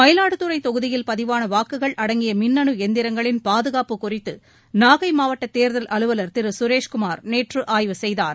மயிலாடுதுறை தொகுதியில் பதிவான வாக்குகள் அடங்கிய மின்னனு எந்திரங்களின் பாதுகாப்பு குறித்து நாகை மாவட்ட தேர்தல் அலுவலர் திரு சுரேஷ்குமார் நேற்று ஆய்வு செய்தார்